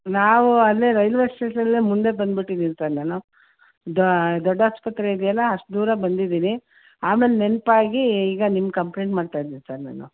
ನಾವು ಅಲ್ಲೆ ರೈಲ್ವೆ ಸ್ಟೇಷನ್ಲ್ಲೆ ಮುಂದೆ ಬಂದ್ಬಿಟ್ಟಿದೀನಿ ಸರ್ ನಾನು ದೊಡ್ಡ ಆಸ್ಪತ್ರೆ ಇದೆಯಲ್ಲ ಅಷ್ಟು ದೂರ ಬಂದಿದಿನಿ ಆಮೇಲೆ ನೆನಪಾಗಿ ಈಗ ನಿಮ್ಮ ಕಂಪ್ಲೇಂಟ್ ಮಾಡ್ತಾಯಿದಿನಿ ಸರ್ ನಾನು